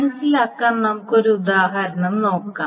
മനസ്സിലാക്കാൻ നമുക്ക് ഒരു ഉദാഹരണം നോക്കാം